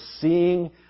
seeing